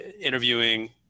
interviewing